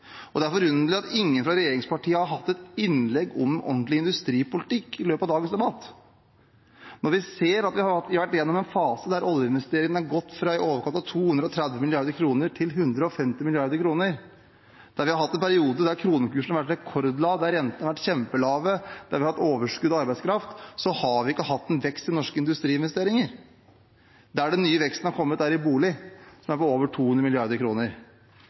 uansvarlig. Det er forunderlig at ingen fra regjeringspartiene har hatt et innlegg om ordentlig industripolitikk i løpet av dagens debatt. Når vi ser at vi har vært gjennom en fase der oljeinvesteringene har gått fra i overkant av 230 mrd. kr til 150 mrd. kr, når vi har hatt en periode der kronekursen har vært rekordlav, der rentene har vært kjempelave, der vi har hatt overskudd av arbeidskraft, har vi ikke hatt en vekst i norske industriinvesteringer. Den nye veksten har kommet på bolig – den er på over 200